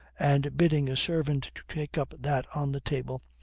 and, bidding a servant to take up that on the table,